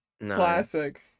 Classic